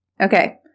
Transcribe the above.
Okay